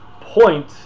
point